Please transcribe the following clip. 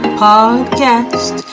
podcast